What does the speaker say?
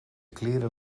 kleren